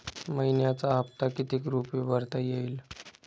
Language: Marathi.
मइन्याचा हप्ता कितीक रुपये भरता येईल?